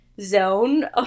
zone